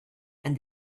and